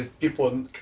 people